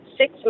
six